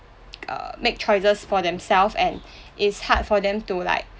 err make choices for themselves and it's hard for them to like